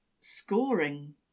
scoring